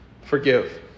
Forgive